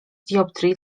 dioptrii